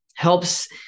helps